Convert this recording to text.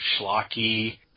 schlocky